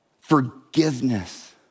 forgiveness